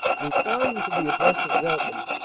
replying to the address of welcome,